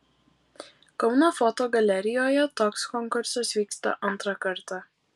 kauno fotogalerijoje toks konkursas vyksta antrą kartą